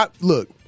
look